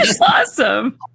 awesome